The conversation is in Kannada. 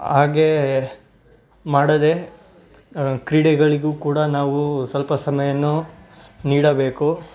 ಹಾಗೆ ಮಾಡದೆ ಕ್ರೀಡೆಗಳಿಗೂ ಕೂಡ ನಾವು ಸ್ವಲ್ಪ ಸಮಯವನ್ನು ನೀಡಬೇಕು